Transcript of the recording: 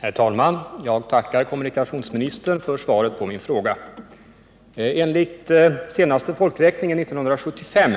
Herr talman! Jag tackar kommunikationsministern för svaret på min fråga. Enligt senaste folkräkningen 1975